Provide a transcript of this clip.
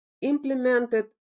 implemented